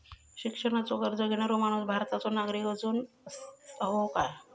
शिक्षणाचो कर्ज घेणारो माणूस भारताचो नागरिक असूक हवो काय?